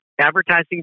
advertising